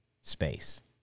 space